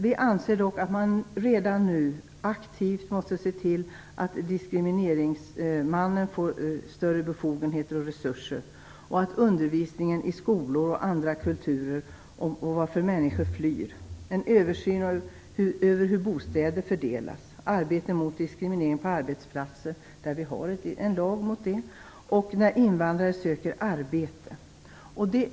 Vi anser dock att man redan nu aktivt måste se till att diskrimineringsmannen får större befogenheter och resurser. Det handlar också om undervisningen i skolor om andra kulturer och om varför människor flyr, och det handlar om en översyn av hur bostäder fördelas. Vi har i dag en lag mot diskriminering på arbetsplatser och diskriminering när invandrare söker arbete.